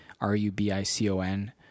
R-U-B-I-C-O-N